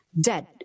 dead